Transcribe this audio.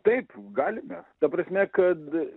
taip galime ta prasme kad